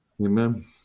Amen